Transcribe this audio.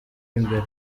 imbere